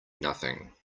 nothing